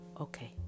okay